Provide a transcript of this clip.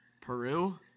Peru